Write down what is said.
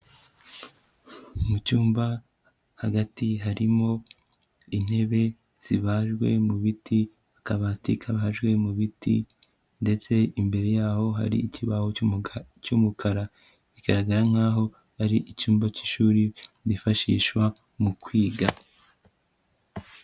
Mu cyumba hagati harimo intebe zibajwe mu biti, akabati kabajwe mu biti ndetse imbere yaho hari ikibaho cy'umukara, bigaragara nkaho ari icyumba k'ishuri bifashishwa mu kwiga.